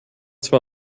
zwar